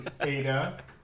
Ada